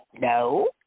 no